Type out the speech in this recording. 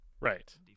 Right